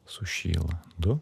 sušyla du